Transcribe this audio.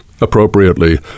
appropriately